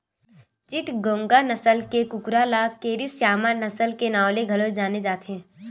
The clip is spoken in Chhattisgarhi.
चिटगोंग नसल के कुकरा ल केरी स्यामा नसल के नांव ले घलो जाने जाथे